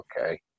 okay